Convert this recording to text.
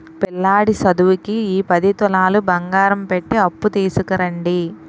పిల్లాడి సదువుకి ఈ పది తులాలు బంగారం పెట్టి అప్పు తీసుకురండి